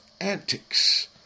antics